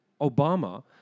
Obama